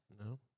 No